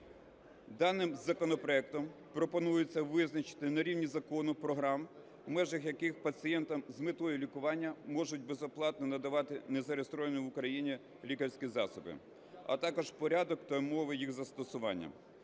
Даним законопроектом пропонується визначити на рівні закону програм, в межах яких пацієнтам з метою лікування можуть безоплатно надавати незареєстровані в Україні лікарські засоби, а також порядок та умови їх застосування.